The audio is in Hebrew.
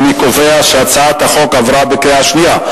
אני קובע שהצעת החוק עברה בקריאה שנייה.